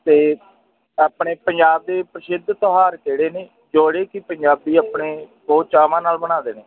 ਅਤੇ ਆਪਣੇ ਪੰਜਾਬ ਦੇ ਪ੍ਰਸਿੱਧ ਤਿਉਹਾਰ ਕਿਹੜੇ ਨੇ ਜਿਹੜੇ ਕਿ ਪੰਜਾਬੀ ਆਪਣੇ ਬਹੁਤ ਚਾਵਾਂ ਨਾਲ ਮਨਾਉਂਦੇ ਨੇ